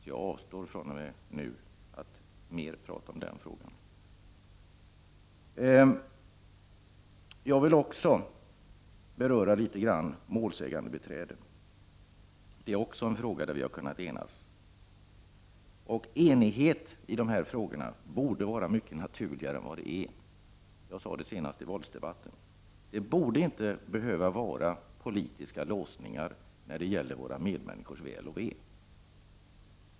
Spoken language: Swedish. Jag avstår från att prata mer om den saken. Frågan om målsägandebiträde är också en fråga där vi har kunnat enas. Och enighet i dessa frågor borde vara något mycket naturligare än vad det nu är. Detta sade jag senast i våldsdebatten. Det borde inte behöva vara politiska låsningar när det gäller våra medmänniskors väl och ve.